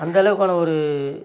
அந்த அளவுக்கான ஒரு